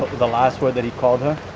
the last word that he called her?